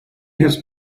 has